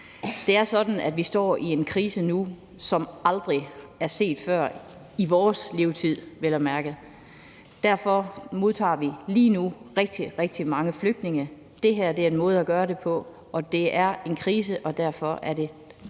Det er sådan, at vi står i en krise nu, som aldrig er set før – i vores levetid vel at mærke. Derfor modtager vi lige nu rigtig, rigtig mange flygtninge, og det her er en måde at gøre det på. Det er en krise, og derfor er det